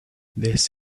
this